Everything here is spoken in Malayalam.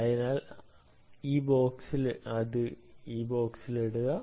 അതിനാൽ ഈ ബോക്സിൽ ഇടുക